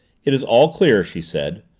it is all clear, she said.